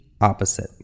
opposite